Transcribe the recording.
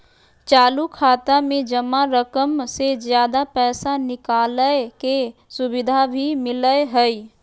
चालू खाता में जमा रकम से ज्यादा पैसा निकालय के सुविधा भी मिलय हइ